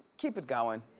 keep it going.